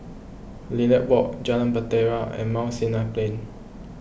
Lilac Walk Jalan Bahtera and Mount Sinai Plain